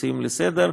המציעים לסדר-היום.